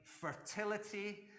fertility